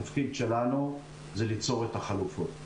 התפקיד שלנו זה ליצור את החלופות.